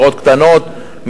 דירות קטנות,